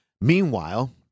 Meanwhile